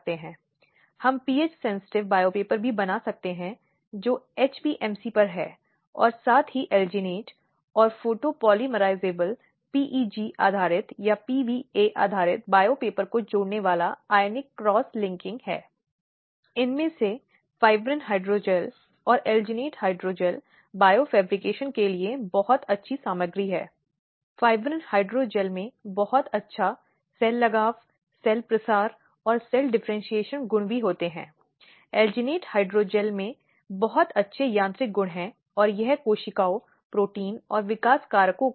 इसलिए यह एक समझ थी और दूसरी बात थी कि घरेलू हिंसा के मुद्दों में कभी कभी इसमें तुरंत कार्रवाई करने की आवश्यकता होती है जहां महिलाओं को गंभीर रूप से धमकी दी जाती है या उन्हें परिवार से बाहर निकाल दिया जाता है आदि ऐसी स्थिति में महिलाओं को तत्काल राहत देने की आवश्यकता है